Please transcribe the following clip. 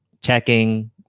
Checking